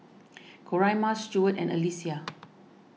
Coraima Stuart and Alyssia